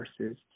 versus